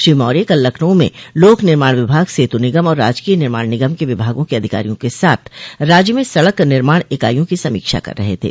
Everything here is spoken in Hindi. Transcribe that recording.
श्री मौर्य कल लखनऊ में लोक निर्माण विभाग सेतु निगम और राजकीय निर्माण निगम के विभागों के अधिकारियों के साथ राज्य में सड़क निर्माण इकाईयों की समीक्षा कर रहे थे